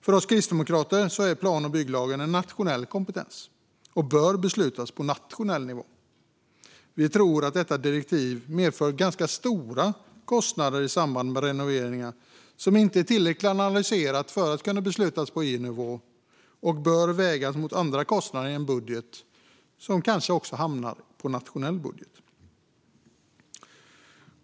För oss kristdemokrater är plan och bygglagen en nationell kompetens och bör beslutas på nationell nivå. Vi tror att detta direktiv medför ganska stora kostnader i samband med renoveringar som inte är tillräckligt analyserade för att kunna beslutas på EU-nivå och bör vägas mot andra kostnader i en budget, som kanske hamnar i en nationell budget.